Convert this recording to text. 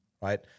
Right